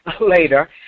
later